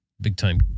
big-time